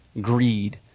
greed